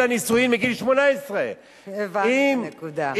הנישואים לגיל 18. הבנתי את הנקודה עכשיו.